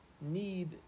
need